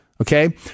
Okay